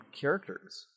characters